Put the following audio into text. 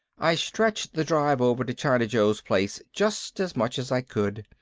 i stretched the drive over to china joe's place just as much as i could.